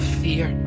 fear